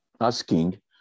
Asking